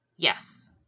Yes